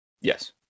Yes